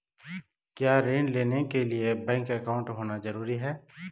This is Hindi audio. क्या ऋण लेने के लिए बैंक अकाउंट होना ज़रूरी है?